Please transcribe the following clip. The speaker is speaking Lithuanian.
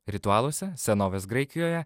ritualuose senovės graikijoje